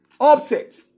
upset